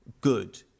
good